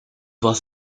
was